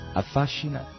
affascina